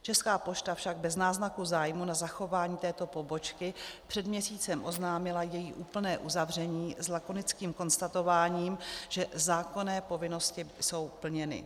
Česká pošta však bez náznaku zájmu na zachování této pobočky před měsícem oznámila její úplné uzavření s lakonickým konstatováním, že zákonné povinnosti jsou plněny.